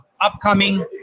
upcoming